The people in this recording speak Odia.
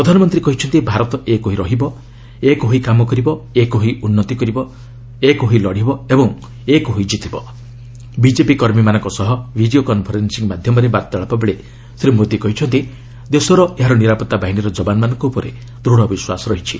ପ୍ରଧାନମନ୍ତ୍ରୀ କହିଛନ୍ତି ଭାରତ ଏକ ହୋଇ ରହିବ ଏକ ହୋଇ କାମ କରିବ ଏକ ହୋଇ ଉନ୍ତି କରିବ ଏକ ହୋଇ ଲଢିବ ଓ ଏକ ହୋଇ ଜିତିବା ବିଜେପି କର୍ମୀମାନଙ୍କ ସହ ଭିଡିଓ କନଫରେନ୍ସିଂ ମାଧ୍ୟମରେ ବାର୍ତ୍ତାଳାପ ବେଳେ ଶ୍ରୀ ମୋଦି କହିଛନ୍ତି ଦେଶର ଏହାର ନିରାପଭାବାହିନୀ ଜବାନମାନଙ୍କ ଉପରେ ଦୂତ ବିଶ୍ୱାସ ରହିଛି